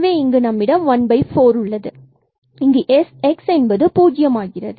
எனவே இங்கு நம்மிடம் ¼ உள்ளது இங்கு x என்பது பூஜ்யம் ஆகிறது